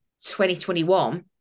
2021